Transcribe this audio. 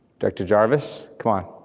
dr. jarvis, come on.